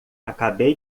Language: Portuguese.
acabei